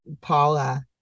Paula